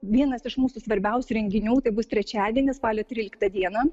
vienas iš mūsų svarbiausių renginių tai bus trečiadienis spalio tryliktą dieną